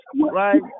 right